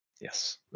Yes